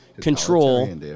control